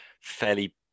fairly